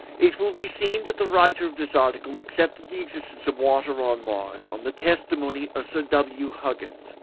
it will be seen that the writer of this article accepted the existence of water on mars, on the testimony of sir w. huggins,